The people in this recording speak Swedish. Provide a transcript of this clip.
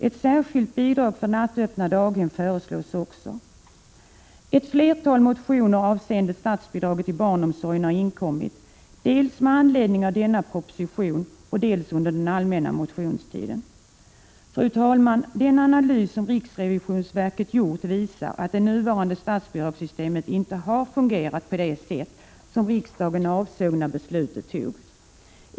Ett särskilt bidrag för nattöppna daghem föreslås också. Ett flertal motioner avseende statsbidraget till barnomsorgen har inkommit dels med anledning av denna proposition, dels under den allmänna motionstiden. Fru talman! Den analys som riksrevisionsverket gjort visar att det nuvarande statsbidragssystemet inte har fungerat på det sätt som riksdagen = Prot. 1986/87:135 avsåg när beslutet fattades.